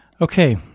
Okay